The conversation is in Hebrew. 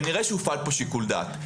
כנראה שהופעל כאן שיקול דעת.